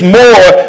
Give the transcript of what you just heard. more